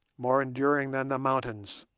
more enduring than the mountains,